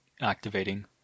activating